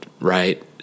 right